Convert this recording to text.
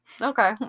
Okay